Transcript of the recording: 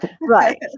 Right